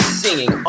singing